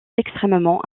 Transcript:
extrêmement